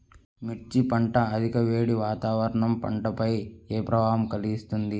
మిర్చి పంట అధిక వేడి వాతావరణం పంటపై ఏ ప్రభావం కలిగిస్తుంది?